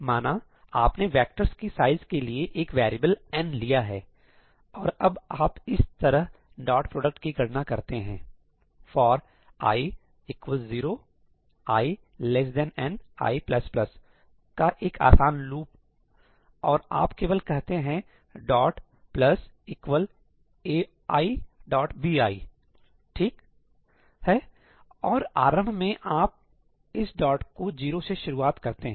माना आपने वेक्टर्स कि साइज के लिए एक वेरिएबल N लिया है और अब आप इस तरह डॉट प्रोडक्ट की गणना करते हैं 'fori 0 i N i' का एक आसान लूप और आप केवल कहते हैं 'dot AiBi' ठीक है और आरंभ में आप इस डॉट को जीरो से शुरुआत करते हैं